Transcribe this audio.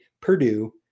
Purdue